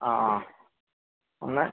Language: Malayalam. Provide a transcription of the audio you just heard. ആ ആ ഒന്ന്